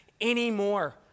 anymore